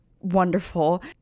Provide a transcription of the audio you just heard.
wonderful